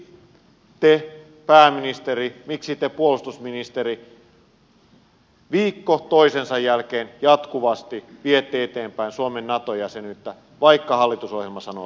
miksi te pääministeri miksi te puolustusministeri viikko toisensa jälkeen jatkuvasti viette eteenpäin suomen nato jäsenyyttä vaikka hallitusohjelma sanoo toisin